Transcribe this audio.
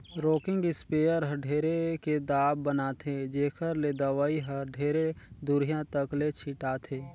rocking sprayer हर ढेरे के दाब बनाथे जेखर ले दवई हर ढेरे दुरिहा तक ले छिटाथे